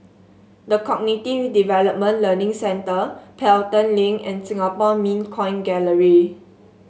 The Cognitive Development Learning Centre Pelton Link and Singapore Mint Coin Gallery